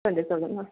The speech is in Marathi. संध्याकाळला ना